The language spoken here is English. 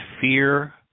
fear